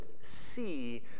see